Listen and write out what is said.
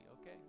okay